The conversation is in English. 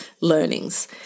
learnings